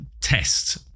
test